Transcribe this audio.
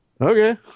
Okay